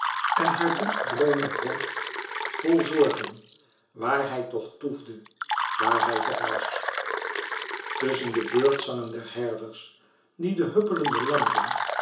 en haar droef droomende hoofd vl zorgen waar hij toch toefde waar hij toch was tusschen de beurtzangen der herders die de huppelende